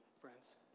friends